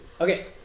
Okay